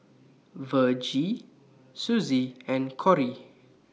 Virgie Suzy and Kory